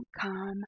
come